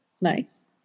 Nice